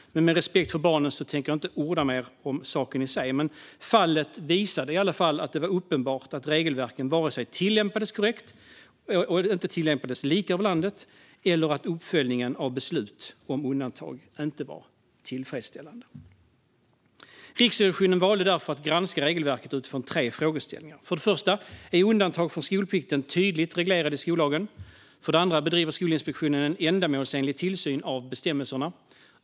Av respekt för barnen tänker jag inte orda mer om saken i sig. Detta fall visade dock att det var uppenbart att regelverket inte tillämpades korrekt och inte tillämpades lika över landet samt att uppföljningen av beslut om undantag inte var tillfredsställande. Riksrevisionen valde därför att granska regelverket utifrån tre frågeställningar. För det första: Är undantag från skolplikten tydligt reglerade i skollagen? För det andra: Bedriver Skolinspektionen en ändamålsenlig tillsyn av bestämmelserna?